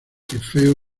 trofeo